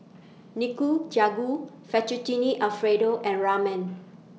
Nikujagu Fettutine Alfredo and Ramen